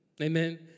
Amen